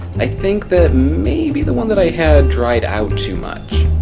i think that maybe the one that i had dried out too much,